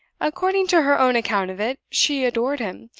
according to her own account of it, she adored him.